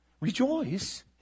rejoice